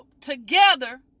together